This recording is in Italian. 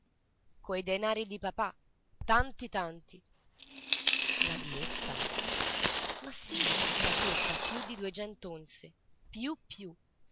coi denari di papà tanti tanti flavietta ma sì flavietta più di duecent'onze più più